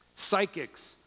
Psychics